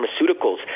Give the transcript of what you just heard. pharmaceuticals